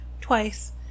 twice